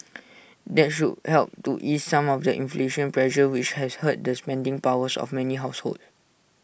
that should help to ease some of the inflation pressure which has hurt the spending power of many households